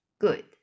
good